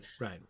right